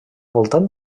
voltant